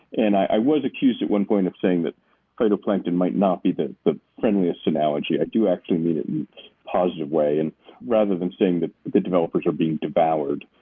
and i was accused at one point of saying that phytoplankton might not be the friendliest analogy. i do actually mean it in a positive way and rather than saying that the developers are being devoured.